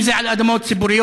אם זה על אדמות ציבוריות,